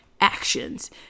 actions